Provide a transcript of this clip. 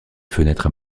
fenêtres